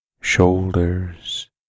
shoulders